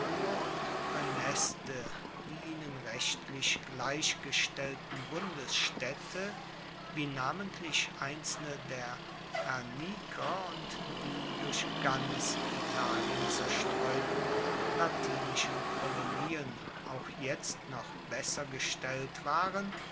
und praeneste die ihnen rechtlich gleichgestellten bundesstaedte wie namentlich einzelne der herniker und die durch ganz italien zerstreuten latinischen kolonien auch jetzt noch besser gestellt waren